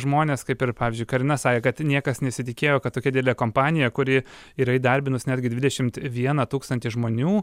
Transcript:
žmonės kaip ir pavyzdžiui karina sakė kad niekas nesitikėjo kad tokia didelė kompanija kuri yra įdarbinus netgi dvidešimt vieną tūkstantį žmonių